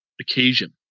occasion